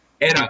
era